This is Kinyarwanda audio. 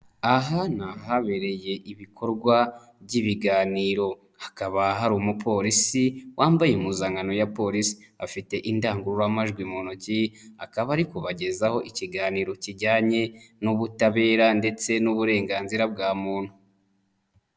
Aha ni ahabereye ibikorwa by'ibiganiro hakaba hari umupolisi wambaye impuzankano ya polisi, afite indangururamajwi mu ntoki akaba ari kubagezaho ikiganiro kijyanye n'ubutabera ndetse n'uburenganzira bwa muntu.